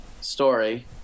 story